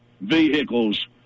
vehicles